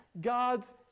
God's